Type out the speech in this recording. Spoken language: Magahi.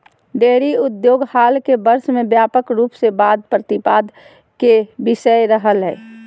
डेयरी उद्योग हाल के वर्ष में व्यापक रूप से वाद प्रतिवाद के विषय रहलय हें